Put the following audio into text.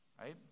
right